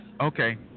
Okay